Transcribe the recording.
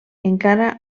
encara